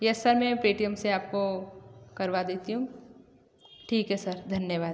yes sir मैं Paytm से आपको करवा देती हूँ ठीक है सर धन्यवाद